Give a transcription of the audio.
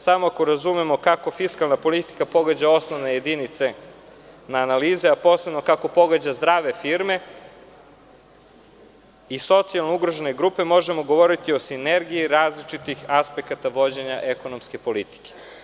Samo ako razumemo kako fiskalna politika pogađa osnovne jedinice analize, a posebno kako pogađa zdrave firme i socijalno ugrožene grupe, možemo govoriti o sinergiji različitih aspekata vođenja ekonomske politike.